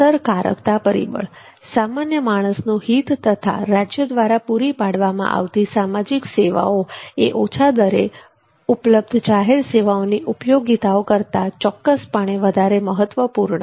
અસરકર્તા પરિબળ સામાન્ય માણસનું હિત તથા રાજ્ય દ્વારા પૂરી પાડવામાં આવતી સામાજિક સેવાઓ એ ઓછા દરે ઉપલબ્ધ જાહેર સેવાઓની ઉપયોગીતાઓ કરતા ચોક્કસપણે વધારે મહત્વપૂર્ણ છે